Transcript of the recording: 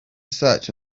search